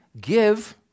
give